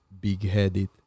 big-headed